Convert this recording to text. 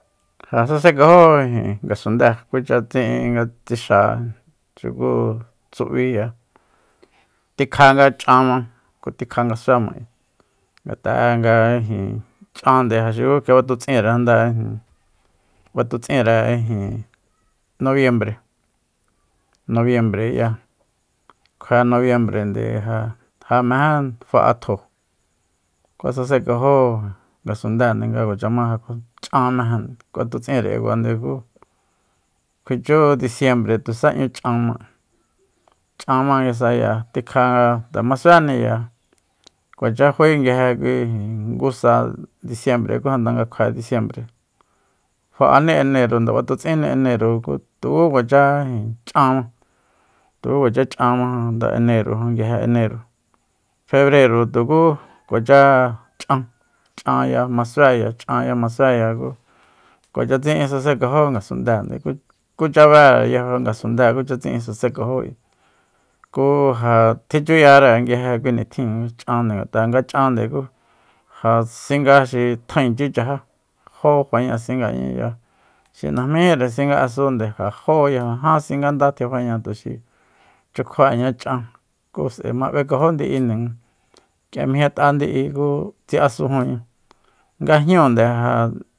Ja sasenkajó ngasunde kucha tsi'in nga tsixa xuku tsub'iya tikja nga ch'an ma ku tikja nga sué ma ngat'a'e nga ijin ch'ande ja xuku kjibatutsinre janda ijin batutsinre ijin nobiembre- nobiembreya kjue nobiembrende ja- ja mejé fa'a tjo kjua sasenkajó ngasundende nga kuacha ma ch'an meje kuatutsinre kiakuande ku kjuichú disiembre tusa 'ñu ch'an ma ch'an ma nguisa k'ia tikja nga nde masuéniya kuacha fae nguije ngu sa disiembre ku janda nga kjue disiembre fa'ani enero nde batutsinni enero ku tuku kuacha ch'anma tuku kuacha ch'an ma enero nguije enero febrero tuku kuacha ch'an ch'anya masuéya ch'anya masuéya ku kuacha tsi'in sasenkaj'o ngasundéende kucha bére yajo'e ngasundée kucha tsi'in sasenkajó ayi ku ja tjichuyare nguije kui nitjin ch'ande ngat'a nga ch'ande ku ja singa xi tjaenchi chajá jo faña singañaya xi najmíjire singa asunde ja jóya ja jan singa nda tjifaya tuxi chukjuaña ch'an ku s'ae ma b'ekajó ndi'inde kia mijñat'a ndi'i ku tjiasujunña nga jñúunde nga ja